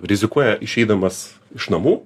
rizikuoja išeidamas iš namų